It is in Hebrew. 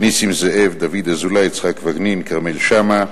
נסים זאב, דוד אזולאי, יצחק וקנין, כרמל שאמה,